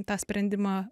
tą sprendimą